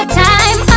time